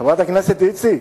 חברת הכנסת איציק,